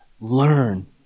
learn